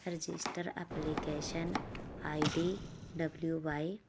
registered application I D W Y